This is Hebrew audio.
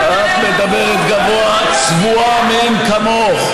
אני מדברת גבוה ואתה מדבר נמוך.